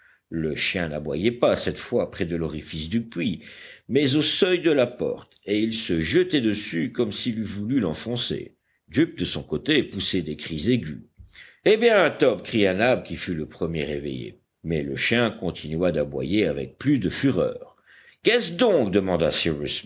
le chien n'aboyait pas cette fois près de l'orifice du puits mais au seuil de la porte et il se jetait dessus comme s'il eût voulu l'enfoncer jup de son côté poussait des cris aigus eh bien top cria nab qui fut le premier éveillé mais le chien continua d'aboyer avec plus de fureur qu'est-ce donc demanda